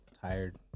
tired